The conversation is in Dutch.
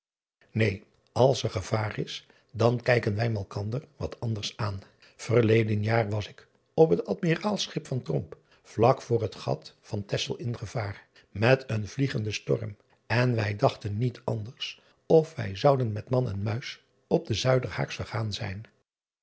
een als er gevaar is dan kijken wij malkander wat anders aan erleden jaar was ik op het dmiraalschip van vlak voor het gat van exel in gevaar met een driaan oosjes zn et leven van illegonda uisman vliegenden storm en wij dachten niet anders of wij zouden met man en muis op den uiderhaaks vergaan zijn